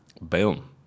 Boom